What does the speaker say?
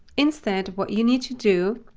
instead, what you need to do,